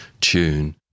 tune